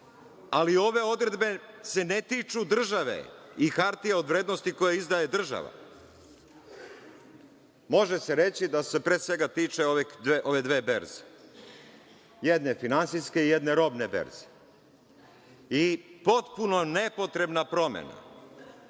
ali ove odredbe se ne tiču države i hartija od vrednosti koje izdaje država. Može se reći da se pre svega tiče ove dve berze, jedne finansijske i jedne robne berze. Potpuno nepotrebna promena. Šta